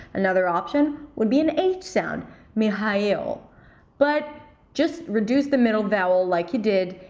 another option would be an h sound mihail but just reduce the middle vowel, like you did,